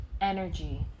energy